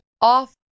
off